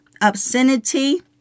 obscenity